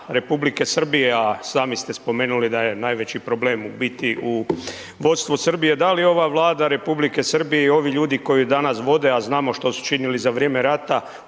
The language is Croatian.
Republike Srbija, sami ste spomenuli da je najveći problem u biti u vodstvu Srbije, da li ova Vlada Republike Srbije i ovi ljudi koji danas vode, a znamo što su činili za vrijeme rata,